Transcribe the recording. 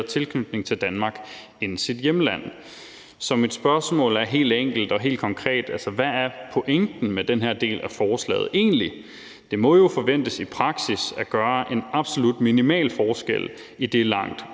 tilknytning til Danmark end sit hjemland. Så mit spørgsmål er helt enkelt og helt konkret, hvad pointen med den her del af forslaget egentlig er. Det må jo forventes i praksis at gøre en absolut minimal forskel, idet langt